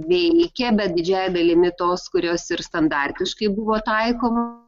veikia bet didžiąja dalimi tos kurios ir standartiškai buvo taikoma